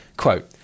Quote